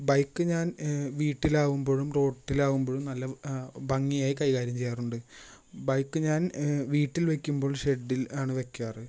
bike ഞാൻ വീട്ടിലാകുമ്പോഴും റോട്ടിലാകുമ്പോഴും നല്ല വൃ ഭംഗിയായി കൈകാര്യം ചെയ്യാറുണ്ട് ബൈക്ക് ഞാൻ വീട്ടിൽ വെക്കുമ്പോൾ ഷെഡിൽ ആണ് വെക്കാറ്